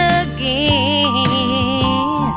again